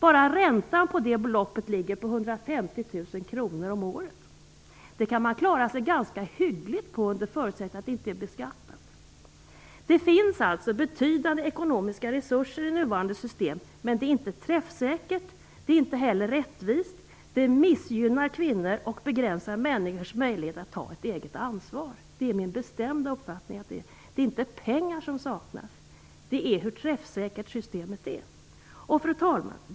Bara räntan på det beloppet ligger på 150 000 kr om året. Det kan man klara sig ganska hyggligt på, under förutsättning att det inte är beskattat. Det finns alltså betydande ekonomiska resurser i nuvarande system, men det är inte träffsäkert, det är inte heller rättvist, det missgynnar kvinnor och begränsar människors möjlighet att ta ett eget ansvar. Det är min bestämda uppfattning att det inte är pengar som saknas, utan det väsentliga är systemets bristande träffsäkerhet. Fru talman!